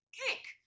cake